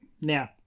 Now